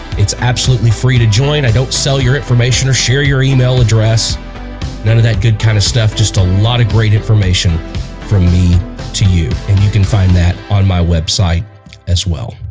it's absolutely free to join. i don't sell your information or share your email address none of that good kind of stuff just a lot of great information from me to you and you can find that on my website as well.